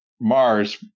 Mars